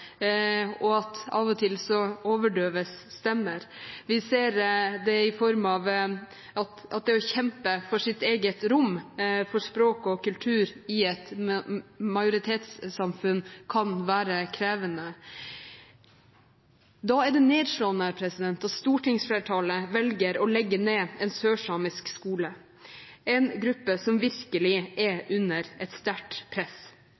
og at av og til overdøves stemmer, vi ser det i form av at det å kjempe for sitt eget rom og for språk og kultur i et majoritetssamfunn kan være krevende. Da er det nedslående at stortingsflertallet velger å legge ned en sørsamisk skole. Det er en gruppe som virkelig er under sterkt press.